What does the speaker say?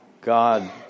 God